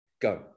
Go